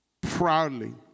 proudly